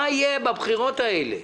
מה יהיה בבחירות האלה?